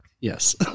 Yes